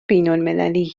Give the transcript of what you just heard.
بینالمللی